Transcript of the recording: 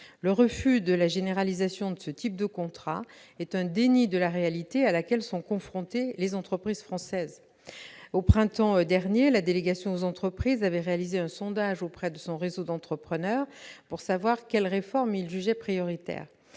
Le refus de la généralisation de ce type de contrat est un déni de la réalité à laquelle sont confrontées les entreprises françaises. Au printemps 2016, la délégation sénatoriale aux entreprises avait réalisé un sondage auprès de son réseau d'entrepreneurs pour savoir quelles réformes ils jugeaient prioritaires